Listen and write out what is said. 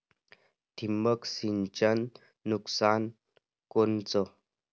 ठिबक सिंचनचं नुकसान कोनचं?